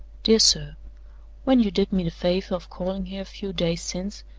dear sir when you did me the favor of calling here a few days since,